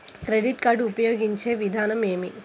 Credit card ఉపయోగించే విధానం ఏమి?